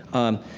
um,